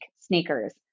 sneakers